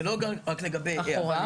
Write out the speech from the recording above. זה לא רק לגבי העבר,